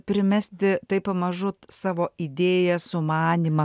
primesti tai pamažu savo idėją sumanymą